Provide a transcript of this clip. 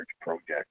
project